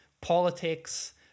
politics